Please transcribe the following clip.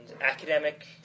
academic